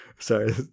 Sorry